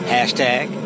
Hashtag